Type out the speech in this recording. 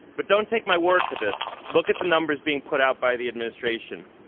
but don't take my word for this. look at the numbers being put out by the administration.